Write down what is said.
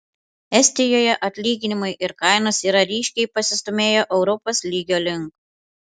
estijoje atlyginimai ir kainos yra ryškiai pasistūmėję europos lygio link